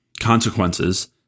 consequences